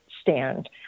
stand